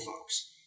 folks